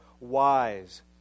wise